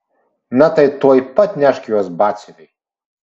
na tai tuoj pat nešk juos batsiuviui